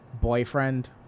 boyfriend